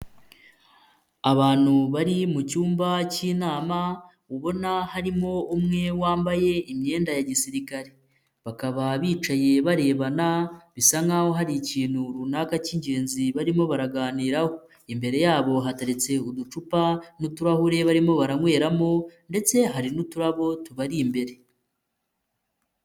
Abantu bari mu cyumba cy'inama, ubona harimo umwe wambaye imyenda ya gisirikare. Bakaba bicaye barebana, bisa nkaho hari ikintu runaka cy'ingenzi barimo baraganiraho, imbere yabo hateretse uducupa n'uturahure barimo baranyweramo ndetse hari n'uturabo tubari imbere.